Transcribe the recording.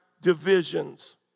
divisions